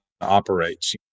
operates